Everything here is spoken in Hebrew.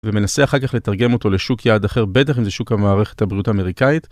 ומנסה אחר כך לתרגם אותו לשוק יעד אחר, בטח אם זה שוק המערכת הבריאות האמריקאית.